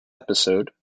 episode